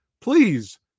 please